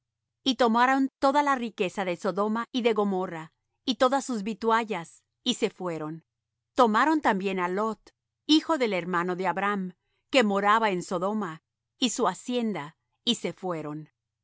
y tomaron toda la riqueza de sodoma y de gomorra y todas sus vituallas y se fueron tomaron también á lot hijo del hermano de abram que moraba en sodoma y su hacienda y se fueron